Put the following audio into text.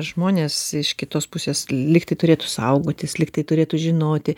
žmonės iš kitos pusės lyg tai turėtų saugotis lyg tai turėtų žinoti